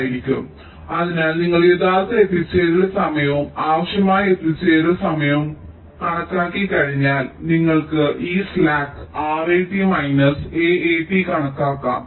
ആയിരിക്കും അതിനാൽ നിങ്ങൾ യഥാർത്ഥ എത്തിച്ചേരൽ സമയവും ആവശ്യമായ എത്തിച്ചേരൽ സമയവും കണക്കാക്കി കഴിഞ്ഞാൽ നിങ്ങൾക്ക് ഈ സ്ലാക്ക് RAT മൈനസ് AAT കണക്കാക്കാം